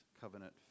covenant